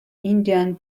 indian